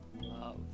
love